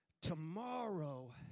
Tomorrow